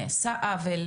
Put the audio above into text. נעשה עוול,